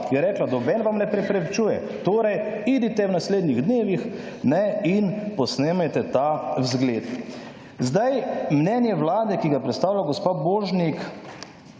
je rekla, nobeden vam ne preprečuje, torej idite v naslednjih dnevih in posnemajte ta vzgled. Zdaj, mnenje vlade, ki ga predstavlja gospa Božnik